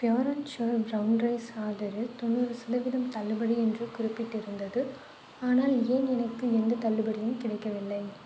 pure and sure brown rice ஆர்டரில் தொண்ணூறு சதவீதம் தள்ளுபடி என்று குறிப்பிட்டிருந்தது ஆனால் ஏன் எனக்கு எந்த தள்ளுபடியும் கிடைக்கவில்லை